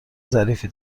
ظریفی